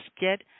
get